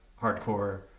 hardcore